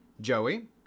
Joey